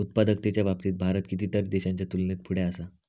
उत्पादकतेच्या बाबतीत भारत कितीतरी देशांच्या तुलनेत पुढे असा